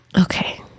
okay